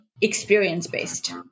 experience-based